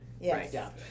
Yes